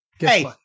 Hey